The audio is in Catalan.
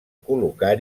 col·locar